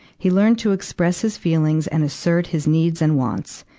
he learned to express his feelings and assert his needs and wants.